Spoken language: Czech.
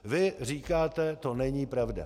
Vy říkáte to není pravda.